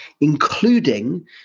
including